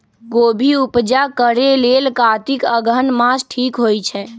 गोभि उपजा करेलेल कातिक अगहन मास ठीक होई छै